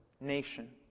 nation